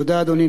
תודה, אדוני.